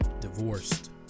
divorced